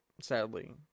sadly